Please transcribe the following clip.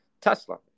Tesla